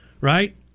right